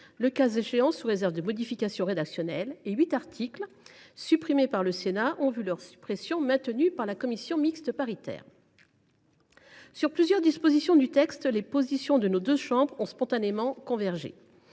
le cas échéant sous réserve de modifications rédactionnelles, et huit articles supprimés par le Sénat ont vu leur suppression maintenue par la commission mixte paritaire. Sur plusieurs dispositions du texte, les positions de nos deux chambres ont spontanément convergé.